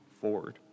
forward